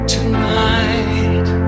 Tonight